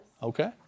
Okay